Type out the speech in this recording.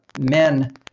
Men